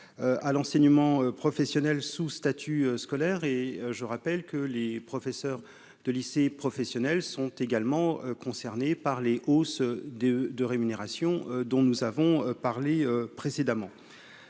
à l'enseignement professionnel sous statut scolaire et je rappelle que les professeurs de lycées professionnels sont également concernés par les hausses de de rémunération dont nous avons parlé précédemment,